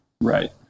right